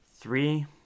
three